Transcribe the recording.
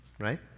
right